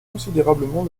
considérablement